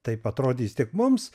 taip atrodys tik mums